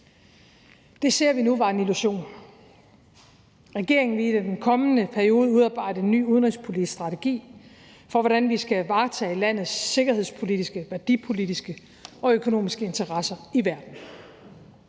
Det ser vi nu var en illusion. Regeringen vil i den kommende periode udarbejde en ny udenrigspolitisk strategi for, hvordan vi skal varetage landets sikkerhedspolitiske, værdipolitiske og økonomiske interesser i verden.